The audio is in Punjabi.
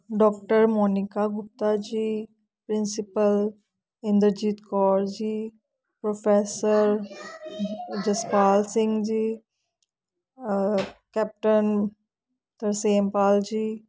doctor Monika Gupta ji principal Inderjit Kaur ji professor Jaspal Singh ji captain Tarsempal ਜੀ